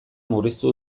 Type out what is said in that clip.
murriztu